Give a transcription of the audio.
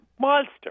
monster